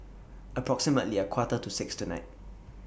approximately A Quarter to six tonight